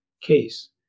case